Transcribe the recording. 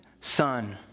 son